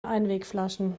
einwegflaschen